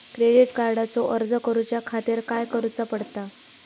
Credit कार्डचो अर्ज करुच्या खातीर काय करूचा पडता?